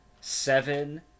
seven